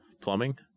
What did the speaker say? plumbing